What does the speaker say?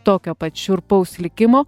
tokio pat šiurpaus likimo